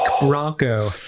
Bronco